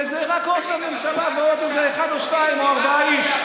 וזה רק ראש הממשלה ועוד איזה אחד או שניים או ארבעה איש?